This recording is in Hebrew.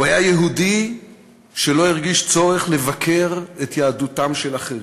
הוא היה יהודי שלא הרגיש צורך לבקר את יהדותם של אחרים.